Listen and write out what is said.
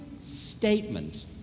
statement